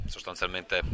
Sostanzialmente